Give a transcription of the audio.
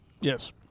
Yes